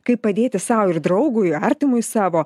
kaip padėti sau ir draugui artimui savo